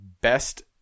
Best